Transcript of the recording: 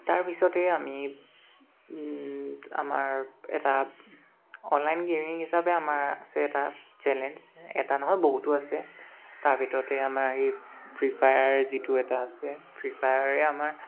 তাৰপিছতেই আমি আমাৰ এটা অনলাইন গে'মিং হিচাপে আমাৰ আছে এটা চেলেঞ্জ এটা নহয় বহুতো আছে তাৰ ভিতৰতে আমাৰ এই ফ্ৰী ফায়াৰ যিটো এটা আছে ফ্ৰী ফায়াৰে আমাৰ